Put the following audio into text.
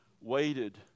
waited